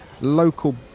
Local